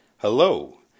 Hello